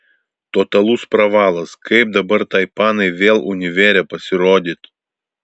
totalus pravalas kaip dabar tai panai vėl univere pasirodyt